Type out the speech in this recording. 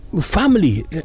family